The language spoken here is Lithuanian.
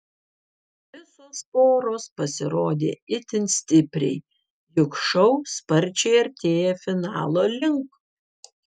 visos poros pasirodė itin stipriai juk šou sparčiai artėja finalo link